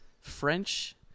French